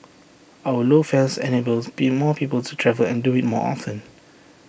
our low fares enables be more people to travel and do IT more often